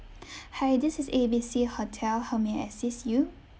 hi this is A B C hotel how may I assist you